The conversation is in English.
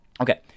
Okay